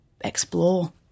explore